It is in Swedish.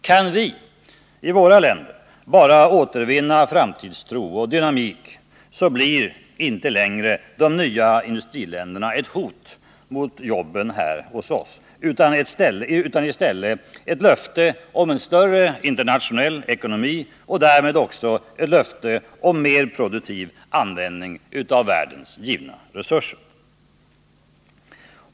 Kan vi i våra länder bara återvinna framtidstro och dynamik blir inte längre de nya industriländerna ett hot mot jobben här hos oss utan i stället ett löfte om en större internationell ekonomi och därmed också om mer produktiv användning av världens resurser.